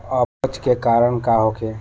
अपच के कारण का होखे?